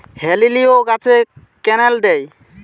হেলিলিও গাছে ক্যানেল দেয়?